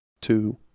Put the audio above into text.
two